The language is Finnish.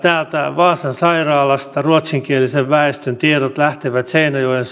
vaasan sairaalasta ruotsinkielisen väestön tiedot lähtevät seinäjoen